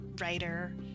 writer